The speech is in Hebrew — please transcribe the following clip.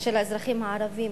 של האזרחים הערבים.